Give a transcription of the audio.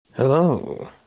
Hello